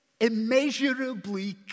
immeasurably